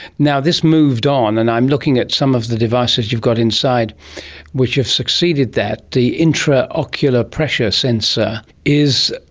now, this moved on and i'm looking at some of the devices you've got inside which have succeeded that. the intraocular pressure sensor is,